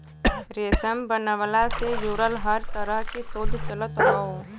रेशम बनवला से जुड़ल हर तरह के शोध चलत हौ